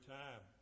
time